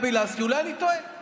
תתביישי לך, עוכרת ישראל.